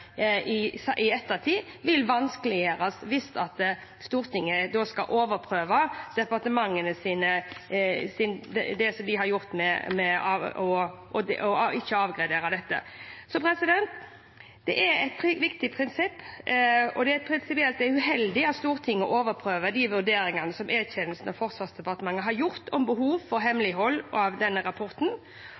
hemmelige tjenestene i ettertid, vil vanskeliggjøres hvis Stortinget skal overprøve det departementet har gjort ved ikke å avgradere dette. Det er et viktig prinsipp, og det er prinsipielt uheldig at Stortinget overprøver de vurderingene som E-tjenesten og Forsvarsdepartementet har foretatt om behovet for hemmelighold av denne rapporten.